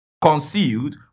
concealed